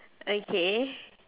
okay